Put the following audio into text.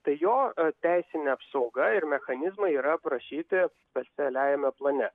tai jo teisinė apsauga ir mechanizmai yra aprašyti specialiajame plane